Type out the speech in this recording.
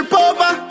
over